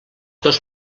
dos